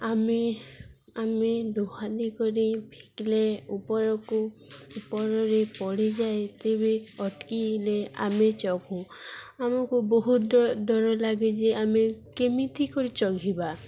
ଆମେ ଆମେ ଦୁହାଲି କରି ଫିକିଲେ ଉପରକୁ ଉପରରେ ପଡ଼ିଯାଏ ତେବେ ଅଟକିଲେ ଆମେ ଚଢ଼ୁ ଆମକୁ ବହୁତ ଡ ଡର ଲାଗେ ଯେ ଆମେ କେମିତି କରି ଚଢ଼ିବା